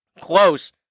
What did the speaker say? close